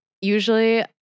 usually